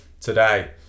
today